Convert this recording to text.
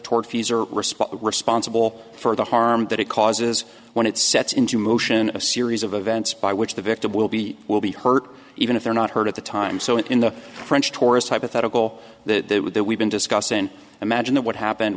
response responsible for the harm that it causes when it sets into motion a series of events by which the victim will be will be hurt even if they're not hurt at the time so in the french tourist hypothetical that they would that we've been discussing imagine that what happened